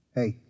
Hey